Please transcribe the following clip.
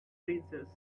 princess